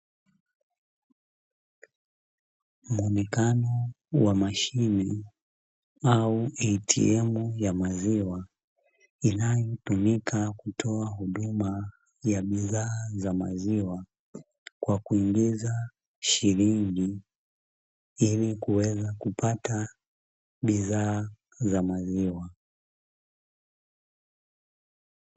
Muonekano wa mashine au ATM ya maziwa, inayotumika kutoa huduma ya bidhaa za maziwa kwa kuingiza shilingi, ili kuweza kupata bidhaa za maziwa.